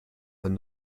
and